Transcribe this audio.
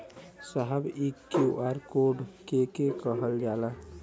साहब इ QR code के के कहल जाला?